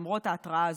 למרות ההתראה הזו,